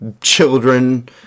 children